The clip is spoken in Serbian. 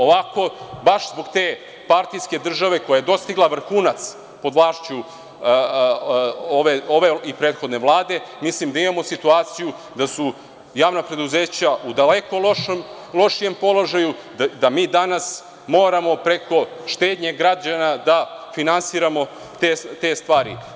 Ovako, baš zbog te partijske države koja je dostigla vrhunac pod vlašću ove i prethodne Vlade mislim da imamo situaciju da su javna preduzeća u daleko lošijem položaju, da mi danas moramo preko štednje građana da finansiramo te stvari.